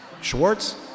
Schwartz